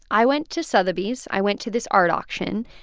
i went to sotheby's. i went to this art auction.